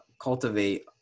cultivate